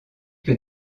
que